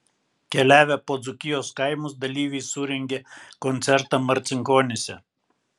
keliavę po dzūkijos kaimus dalyviai surengė koncertą marcinkonyse